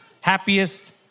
happiest